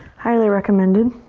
highly recommended,